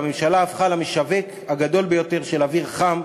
והממשלה הפכה למשווק הגדול ביותר של אוויר חם,